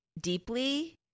deeply